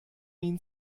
ihn